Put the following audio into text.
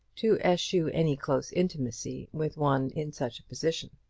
to eschew any close intimacy with one in such a position.